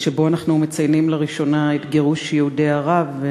שבו אנחנו מציינים לראשונה את גירוש יהודי ערב,